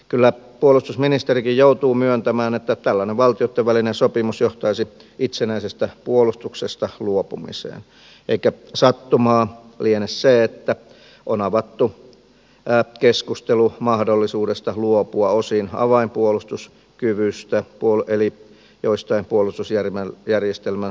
kyllä puolustusministerikin joutuu myöntämään että tällainen valtioitten välinen sopimus johtaisi itsenäisestä puolustuksesta luopumiseen eikä sattumaa liene se että on avattu keskustelu mahdollisuudesta luopua osin avainpuolustuskyvystä eli joistain puolustusjärjestelmän suorituskykyalueista